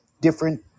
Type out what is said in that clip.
different